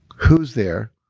who's there?